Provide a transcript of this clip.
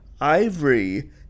Ivory